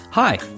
Hi